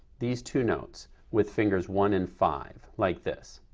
these two notes with fingers one and five like this.